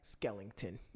Skellington